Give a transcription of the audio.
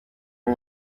nke